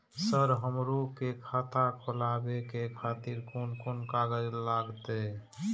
Sir हमरो के खाता खोलावे के खातिर कोन कोन कागज लागते?